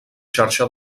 xarxa